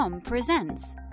presents